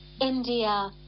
India